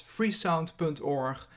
Freesound.org